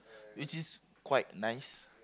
which is quite nice